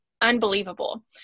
unbelievable